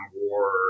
war